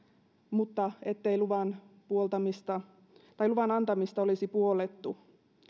mutta ettei luvan antamista olisi puollettu